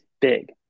big